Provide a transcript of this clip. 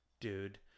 dude